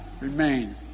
remain